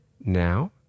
now